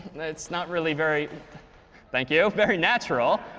it's not really very thank you very natural.